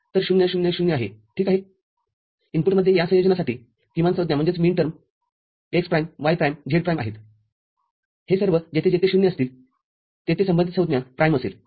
तर ० ० ० आहे ठीक आहेइनपुटमध्ये या संयोजनासाठीकिमानसंज्ञा x प्राईमy प्राईम z प्राईम आहेत हे सर्व जेथे जेथे 0 असतील तेथे संबंधित संज्ञा प्राईमअसेल